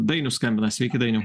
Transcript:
dainius skambina sveiki dainiau